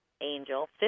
Angel